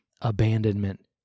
abandonment